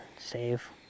save